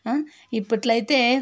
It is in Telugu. ఇప్పట్లో అయితే